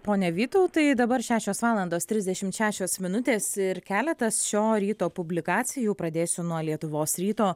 pone vytautai dabar šešios valandos trisdešim šešios minutės ir keletas šio ryto publikacijų pradėsiu nuo lietuvos ryto